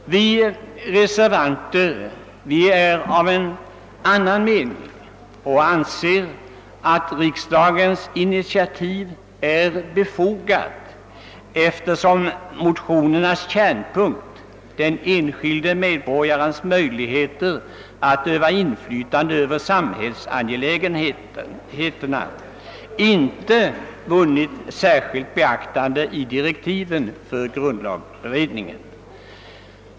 Vi reservanter är av en annan mening och anser att ett initiativ från riksdagen vore befogat, eftersom motionernas kärnpunkt — den enskilde medborgarens möjligheter att öva inflytande över samhällsangelägenheterna — inte vunnit särskilt beaktande i direktiven för grundlagberedningen.